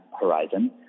horizon